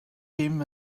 dim